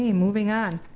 yeah moving on.